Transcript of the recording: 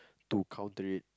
to counter it